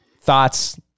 thoughts